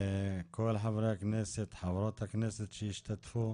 כל חברי הכנסת וחברות הכנסת שהשתתפו